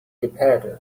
repaired